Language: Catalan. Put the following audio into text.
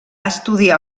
estudiar